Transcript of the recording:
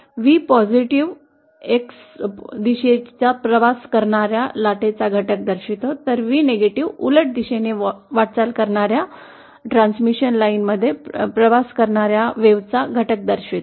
V सकारात्मक x दिशेने प्रवास करणा या लाटेचा घटक दर्शवितो तर V उलट दिशेने वाटचाल करणार्या ट्रान्समिशन लाइनमध्ये प्रवास करणाया लाटेचा तो घटक आहे